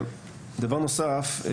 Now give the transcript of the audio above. דבר נוסף,